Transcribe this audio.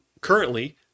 currently